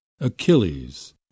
Achilles